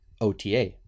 OTA